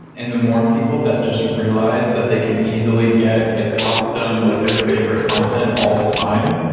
and the more people that just realize that they can easily get a custom, like their favorite content all the time,